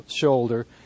shoulder